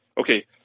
okay